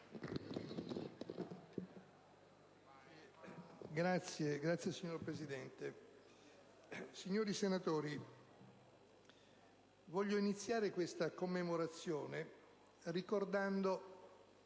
signori senatori, voglio iniziare questa commemorazione ricordando